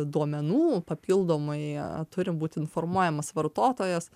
duomenų papildomai turi būt informuojamas vartotojas